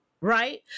right